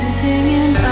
singing